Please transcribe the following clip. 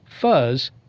Fuzz